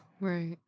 Right